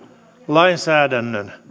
lainsäädännön